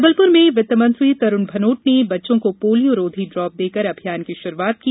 जबलपुर में वित्त मंत्री तरुण भनोट ने बच्चे को पोलियो रोधीड़ॉप देकर अभियान की शुरुआत की